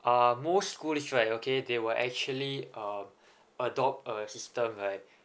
uh most schools right okay they were actually uh adopt a system right